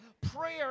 Prayer